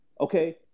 okay